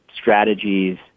strategies